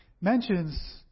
mentions